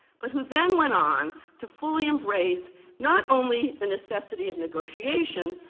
but who then went on to fully embrace not only the necessity of negotiation,